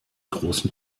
großen